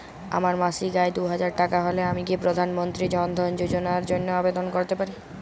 আমার মাসিক আয় দুহাজার টাকা হলে আমি কি প্রধান মন্ত্রী জন ধন যোজনার জন্য আবেদন করতে পারি?